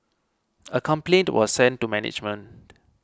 a complaint was sent to management